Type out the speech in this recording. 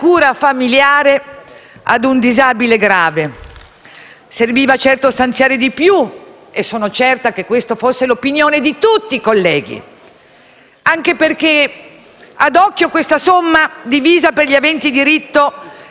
Serviva stanziare di più e sono certa che questa fosse l'opinione di tutti i colleghi, anche perché, ad occhio, questa somma divisa per gli aventi diritto si riduce ad essere di soli sette euro ciascuno.